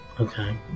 okay